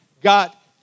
got